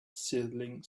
sizzling